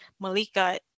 Malika